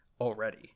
already